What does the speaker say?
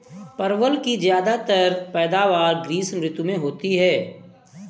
परवल की ज्यादातर पैदावार ग्रीष्म ऋतु में होती है